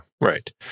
right